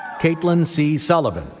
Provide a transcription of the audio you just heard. caitlin c. sullivan,